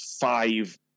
five